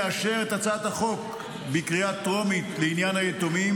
לאשר את הצעת החוק בקריאה טרומית לעניין היתומים